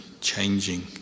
changing